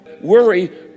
Worry